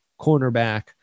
cornerback